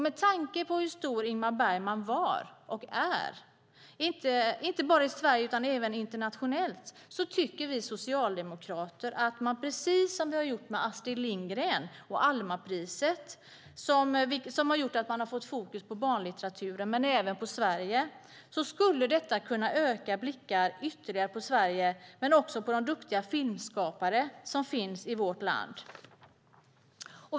Med tanke på hur stor Ingmar Bergman var och är inte bara i Sverige utan även internationellt menar vi socialdemokrater att detta - precis som vi gjort med Astrid Lindgren och Almapriset, som medfört att man fått fokus på barnlitteraturen och även på Sverige - ytterligare skulle kunna öka världens blickar på Sverige och på de duktiga filmskapare som finns i vårt land.